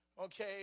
Okay